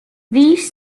these